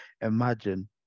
Imagine